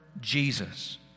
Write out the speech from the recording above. Jesus